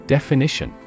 Definition